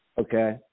okay